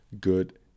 Good